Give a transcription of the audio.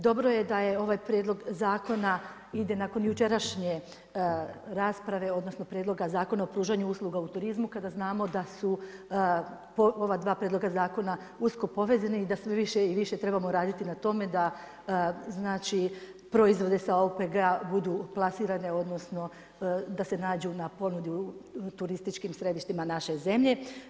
Dobro je da je ovaj prijedlog zakona ide nakon jučerašnje rasprave odnosno Prijedloga zakona o pružanja usluga u turizmu kada znamo da su ova dva prijedloga zakona usko povezani i da sve više i više trebamo raditi na tome da proizvodi sa OPG-a budu plasirane odnosno da se nađu na ponudi u turističkim središtima naše zemlje.